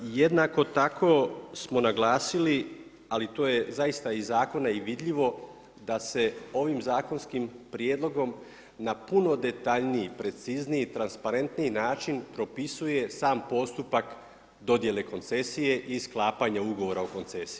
Jednako tako smo naglasili, ali to je zaista iz zakona i vidljivo, da se ovim zakonskim prijedlogom na puno detaljniji, precizniji, transparentniji način, propisuje sam postupak dodjele koncesije i sklapanja ugovora o koncesiji.